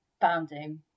founding